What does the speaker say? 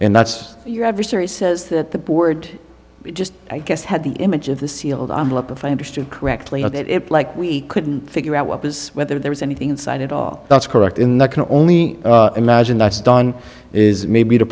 and that's your adversary says that the board just i guess had the image of the sealed envelope if i understood correctly it like we couldn't figure out what was whether there was anything inside it all that's correct in that can only imagine that's done is maybe to